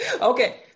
Okay